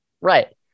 Right